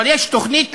אבל יש תוכנית,